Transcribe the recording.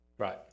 Right